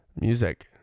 music